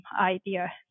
idea